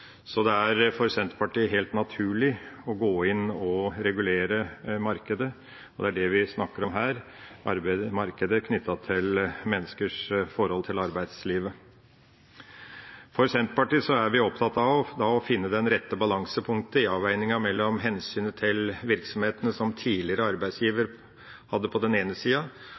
Så for Senterpartiet er det helt naturlig å regulere markedet, og det er det vi snakker om her: markedet som er knyttet til menneskers forhold til arbeidslivet. Senterpartiet er opptatt av å finne det rette balansepunktet i avveininga mellom hensynet til virksomheten som tidligere arbeidsgiver